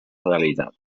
realitat